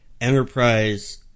Enterprise